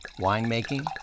Winemaking